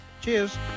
cheers